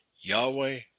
Yahweh